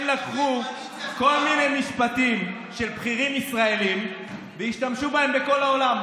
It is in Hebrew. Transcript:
הם לקחו כל מיני משפטים של בכירים ישראלים והשתמשו בהם בכל העולם.